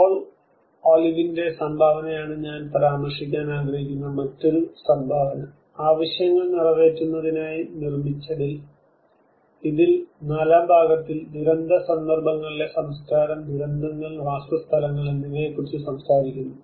Paul ഒലിവറിന്റെ സംഭാവനയാണ് ഞാൻ പരാമർശിക്കാൻ ആഗ്രഹിക്കുന്ന മറ്റൊരു സംഭാവന ആവശ്യങ്ങൾ നിറവേറ്റുന്നതിനായി നിർമ്മിച്ചതിൽ ഇതിലെ നാലാം ഭാഗത്തിൽ ദുരന്ത സന്ദർഭങ്ങളിലെ സംസ്കാരം ദുരന്തങ്ങൾ വാസസ്ഥലങ്ങൾ എന്നിവയെക്കുറിച്ച് സംസാരിക്കുന്നു